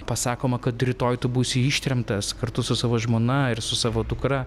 pasakoma kad rytoj tu būsi ištremtas kartu su savo žmona ir su savo dukra